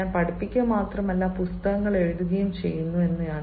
അതിനാൽ ഞാൻ പഠിപ്പിക്കുക മാത്രമല്ല പുസ്തകങ്ങൾ എഴുതുകയും ചെയ്യുന്നു